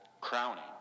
crowning